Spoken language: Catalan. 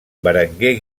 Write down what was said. berenguer